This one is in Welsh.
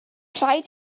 rhaid